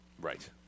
Right